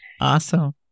Awesome